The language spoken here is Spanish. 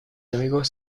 amigos